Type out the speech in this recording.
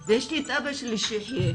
ויש לי את אבא שלי שיחייה,